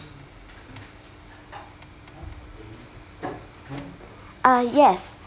uh yes